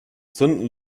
zünden